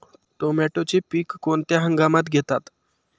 टोमॅटोचे पीक कोणत्या हंगामात घेतात?